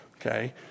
Okay